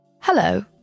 Hello